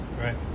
right